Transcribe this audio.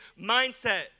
mindset